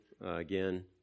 again